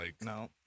No